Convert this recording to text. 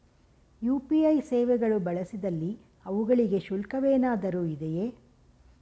UPI ಸೇವೆಗಳು ಬಳಸಿದಲ್ಲಿ ಅವುಗಳಿಗೆ ಶುಲ್ಕವೇನಾದರೂ ಇದೆಯೇ?